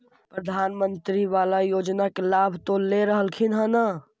प्रधानमंत्री बाला योजना के लाभ तो ले रहल्खिन ह न?